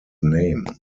name